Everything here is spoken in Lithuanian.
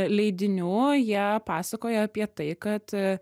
leidinių jie pasakoja apie tai kad